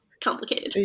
complicated